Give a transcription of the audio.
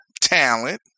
talent